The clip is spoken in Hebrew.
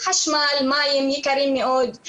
חשמל ומים יקרים מאוד,